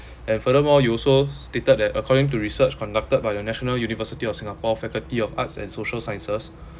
and furthermore you also stated that according to research conducted by the national university of singapore faculty of arts and social sciences